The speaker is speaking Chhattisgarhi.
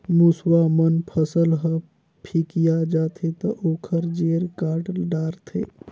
मूसवा मन फसल ह फिकिया जाथे त ओखर जेर काट डारथे